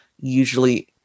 usually